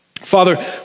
Father